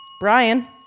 Brian